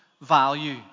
value